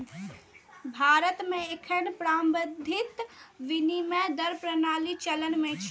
भारत मे एखन प्रबंधित विनिमय दर प्रणाली चलन मे छै